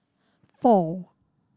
four